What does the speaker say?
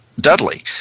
Dudley